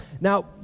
Now